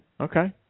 Okay